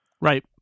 Right